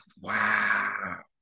wow